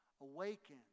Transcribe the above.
awaken